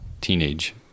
teenage